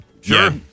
Sure